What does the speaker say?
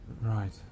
Right